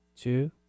two